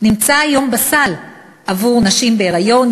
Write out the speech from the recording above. נמצא היום בסל עבור נשים בהיריון,